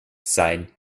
sein